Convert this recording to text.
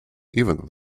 even